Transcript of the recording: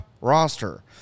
roster